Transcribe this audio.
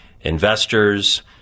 investors